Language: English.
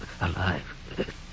Alive